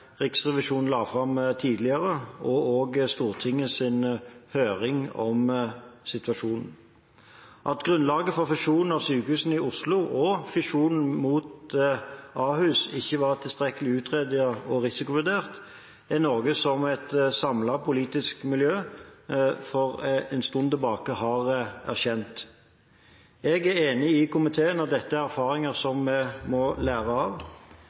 Riksrevisjonen la fram tidligere, og også i Stortingets høring om situasjonen. At grunnlaget for fusjonen av sykehusene i Oslo og fisjonen mot Ahus ikke var tilstrekkelig utredet og risikovurdert, er noe som et samlet politisk miljø har erkjent for en tid tilbake. Jeg er enig med komiteen i at dette er erfaringer vi må lære av. Ikke minst må vi som er politikere, lære av